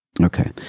Okay